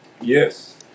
Yes